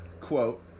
quote